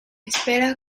espera